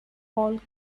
paul